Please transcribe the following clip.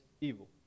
evil